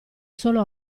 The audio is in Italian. solo